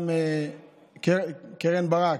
וגם קרן ברק,